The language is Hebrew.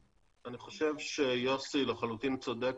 אני חושב שיוסי לחלוטין צודק,